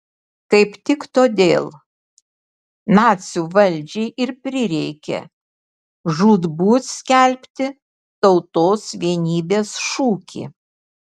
kaip tik todėl nacių valdžiai ir prireikė žūtbūt skelbti tautos vienybės šūkį